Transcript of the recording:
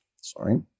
sorry